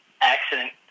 accident